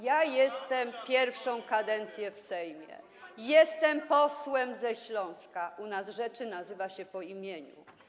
Jestem pierwszą kadencję w Sejmie, jestem posłem ze Śląska, u nas rzeczy nazywa się po imieniu.